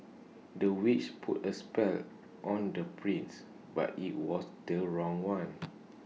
the witch put A spell on the prince but IT was the wrong one